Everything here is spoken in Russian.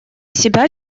себя